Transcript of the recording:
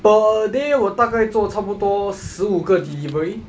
per day 我大概做差不多十五个 delivery